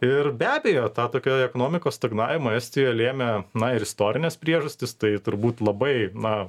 ir be abejo tą tokį ekonomikos stagnavimą estijoje lėmė na ir istorinės priežastys tai turbūt labai na